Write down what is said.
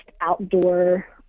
outdoor